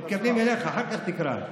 מתכוונים אליך, אחר כך תקרא.